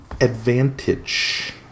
advantage